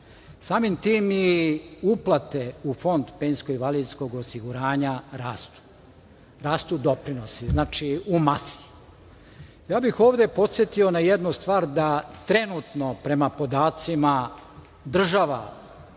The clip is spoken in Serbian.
Samim tim i uplate u Fond penzijsko invalidskog osiguranja rastu, rastu doprinosi, znači, u masi. Ovde bih podsetio na jednu stvar da trenutno prema podacima država